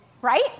right